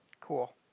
Cool